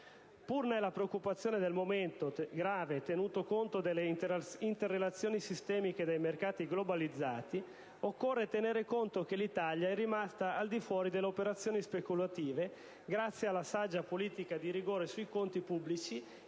Pur nella preoccupazione del momento - grave, considerate le interrelazioni sistemiche dei mercati globalizzati - occorre tenere conto che l'Italia è rimasta al di fuori delle operazioni speculative grazie alla saggia politica di rigore sui conti pubblici